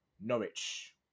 Norwich